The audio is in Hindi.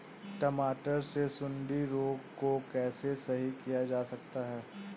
टमाटर से सुंडी रोग को कैसे सही किया जा सकता है?